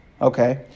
Okay